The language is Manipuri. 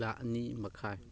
ꯂꯥꯛ ꯑꯅꯤ ꯃꯈꯥꯏ